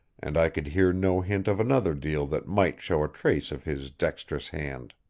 and i could hear no hint of another deal that might show a trace of his dexterous hand.